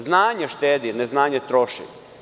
Znanje štedi, neznanje troši.